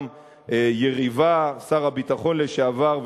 גם יריבה שר הביטחון לשעבר,